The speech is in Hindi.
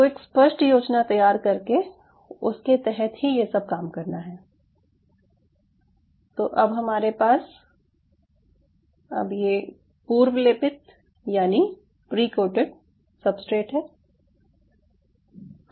आपको एक स्पष्ट योजना तैयार करके उसके तहत ही ये सब काम करना है तो अब हमारे पास अब ये पूर्व लेपित यानि प्री कोटेड सब्सट्रेट है